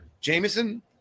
Jameson